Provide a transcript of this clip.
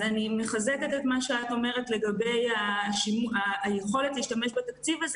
אז אני מחזקת את מה שאת אומרת לגבי היכולת להשתמש בתקציב הזה